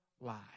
lie